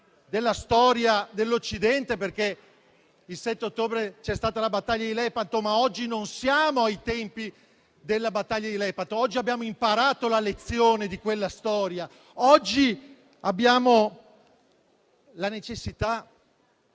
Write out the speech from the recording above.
della storia dell'Occidente, perché il 7 ottobre c'è stata la battaglia di Lepanto, ma oggi non siamo ai tempi di quella battaglia. Oggi abbiamo imparato la lezione di quella storia; oggi abbiamo la necessità